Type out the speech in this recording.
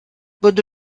bodo